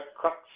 crux